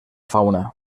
fauna